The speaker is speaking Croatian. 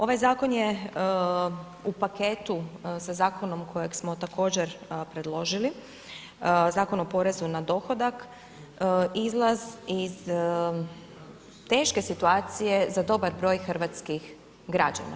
Ovaj zakon je u paketu sa zakonom kojeg smo također predložili, Zakon o porezu na dohodak, izlaz iz teške situacije za dobar broj hrvatskih građana.